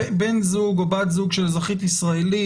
בן זוג או בת זוג של אזרחית ישראלית,